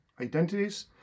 identities